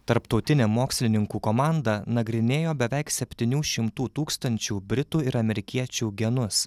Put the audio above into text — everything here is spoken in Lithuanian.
tarptautinė mokslininkų komanda nagrinėjo beveik septynių šimtų tūkstančių britų ir amerikiečių genus